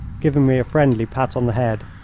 giving me a friendly pat on the head.